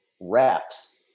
reps